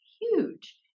huge